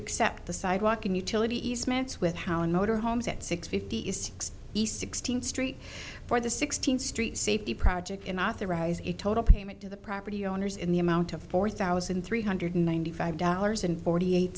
accept the sidewalk in utility easements with how in motorhomes at six fifty six east sixteenth street for the sixteenth street safety project in authorize a total payment to the property owners in the amount of four thousand three hundred ninety five dollars and forty eight